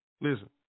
listen